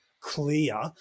clear